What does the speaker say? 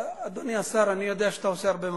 אדוני השר, אני יודע שאתה עושה הרבה מאמצים.